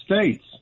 States